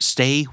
Stay